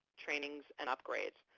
trainings, and upgrades.